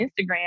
Instagram